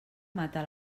mata